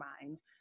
mind